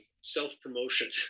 self-promotion